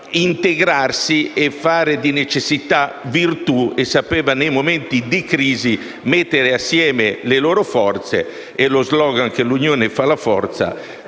integrarsi, fare di necessità virtù e, nei momenti di crisi, mettere assieme le forze. Lo *slogan* che l'unione fa la forza